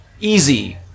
easy